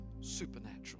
Supernatural